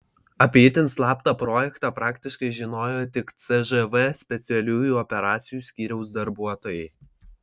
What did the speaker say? apie itin slaptą projektą praktiškai žinojo tik cžv specialiųjų operacijų skyriaus darbuotojai